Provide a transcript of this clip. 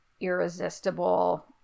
irresistible